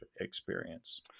experience